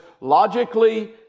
logically